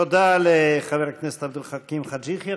תודה לחבר הכנסת עבד אל חכים חאג' יחיא.